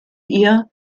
ihr